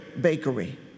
Bakery